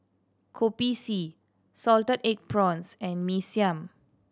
Kopi C salted egg prawns and Mee Siam